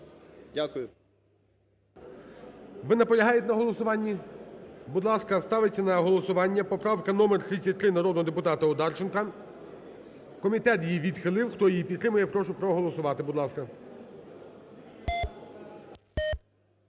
Ви наполягаєте на голосуванні? Будь ласка, ставиться на голосування поправка номер 33 народного депутата Одарченка. Комітет її відхилив. Хто її підтримує, прошу проголосувати. Будь ласка.